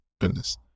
Goodness